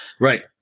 Right